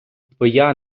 твоя